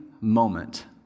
moment